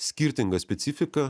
skirtinga specifika